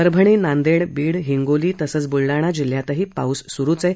परभणी नांदेड बीड हिंगोली तसंच बुलडाणा जिल्ह्यातही पाऊस सुरुच आहे